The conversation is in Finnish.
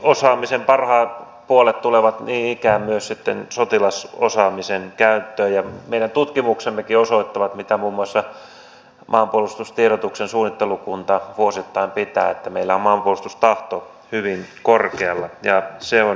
siviiliosaamisen parhaat puolet tulevat niin ikään myös sitten sotilasosaamisen käyttöön ja meidän tutkimuksemmekin osoittavat mitä muun muassa maanpuolustustiedotuksen suunnittelukunta vuosittain pitää että meillä on maanpuolustustahto hyvin korkealla ja se on hyvä asia